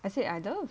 I said either